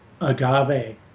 agave